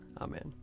Amen